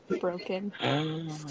broken